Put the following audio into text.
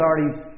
already